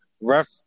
ref